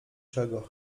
czego